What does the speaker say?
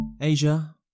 asia